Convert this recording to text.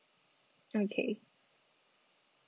okay